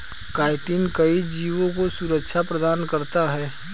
chitin कई जीवों को सुरक्षा प्रदान करता है